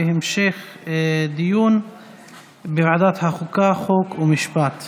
שעה) (עונש מזערי על החזקת נשק בלא רשות על פי